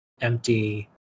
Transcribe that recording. empty